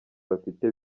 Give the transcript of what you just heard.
bafite